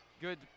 Good